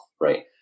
Right